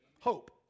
Hope